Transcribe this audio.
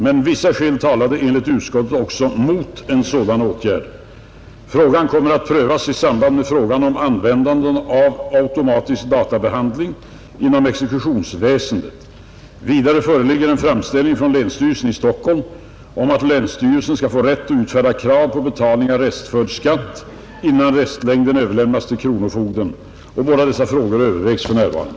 Men vissa skäl talade enligt utskottet också mot en sådan åtgärd. Frågan kommer att prövas i samband med frågan om användandet av automatisk databehandling inom exekutionsväsendet. Vidare föreligger en framställning från länsstyrelsen i Stockholm om att länsstyrelsen skall få rätt att utfärda krav på betalning av restförd skatt innan restlängden överlämnas till kronofogden. Båda dessa frågor övervägs för närvarande.